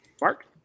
Mark